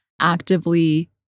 actively